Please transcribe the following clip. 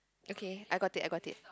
okay I got it I got it